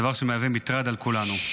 דבר שמהווה מטרד לכולנו.